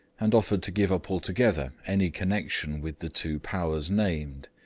and offered to give up altogether any connection with the two powers named.